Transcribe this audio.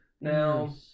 Now